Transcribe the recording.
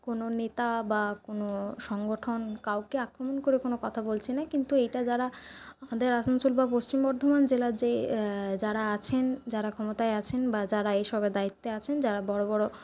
কোন নেতা বা কোন সংগঠন কাউকে আক্রমণ করে কোন কথা বলছি না কিন্তু এইটা যারা আমাদের আসানসোল বা পশ্চিম বর্ধমান জেলার যে যারা আছেন যারা ক্ষমতায় আছেন বা যারা এই সবের দায়িত্বে আছেন যারা বড়ো বড়ো